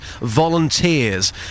Volunteers